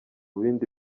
bindi